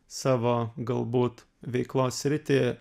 savo galbūt veiklos sritį